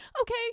okay